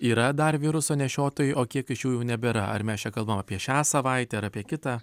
yra dar viruso nešiotojai o kiek iš jų jau nebėra ar mes čia kalbam apie šią savaitę ar apie kitą